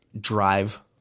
drive